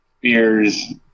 beers